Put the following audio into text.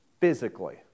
physically